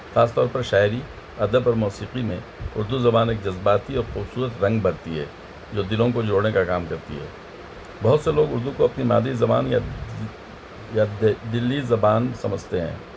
خاص طور پر شاعری ادب اور موسیقی میں اردو زبان ایک جذباتی اور خوبصورت رنگ بھرتی ہے جو دلوں کو جوڑنے کا کام کرتی ہے بہت سے لوگ اردو کو اپنی مادری زبان یا یا دے دلی زبان سمجھتے ہیں